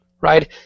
Right